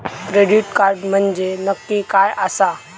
Credit card म्हंजे नक्की काय आसा?